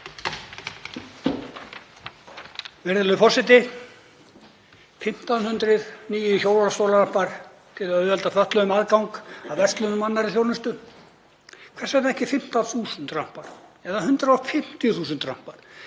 Virðulegur forseti. 1.500 nýir hjólastólarampar til að auðvelda fötluðum aðgang að verslunum og annarri þjónustu. Hvers vegna ekki 15.000 rampar eða 150.000 rampar?